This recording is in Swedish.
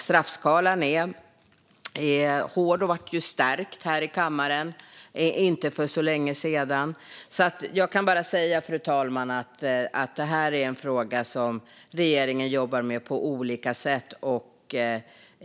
Straffskalan är hård och stärktes här i kammaren för inte så länge sedan. Jag kan bara säga, fru talman, att det här är en fråga som regeringen jobbar med på olika sätt.